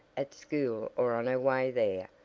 at school or on her way there,